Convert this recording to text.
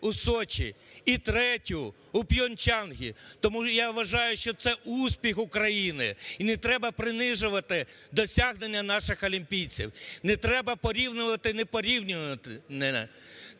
у Сочі і третю у П'єнчангі. Тому я вважаю, що це успіх України. І не треба принижувати досягнення наших олімпійців, не треба порівнювати непорівнюване,